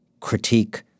critique